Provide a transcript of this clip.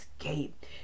escape